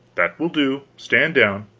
that will do. stand down.